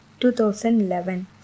2011